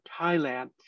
Thailand